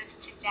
today